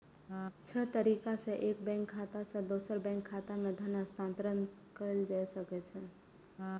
छह तरीका सं एक बैंक खाता सं दोसर बैंक खाता मे धन हस्तांतरण कैल जा सकैए